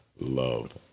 love